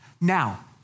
Now